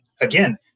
again